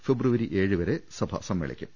ഫെബ്രുവരി ഏഴുവരെ സഭ സമ്മേളിക്കും